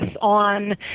on